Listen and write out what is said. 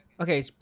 okay